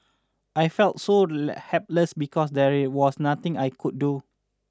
I felt so helpless because there was nothing I could do